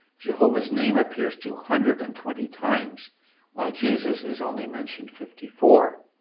jehovah's name appears two hundred and twenty times while jesus is only mentioned fifty four.